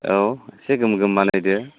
औ इसे गोम गोम बानायदो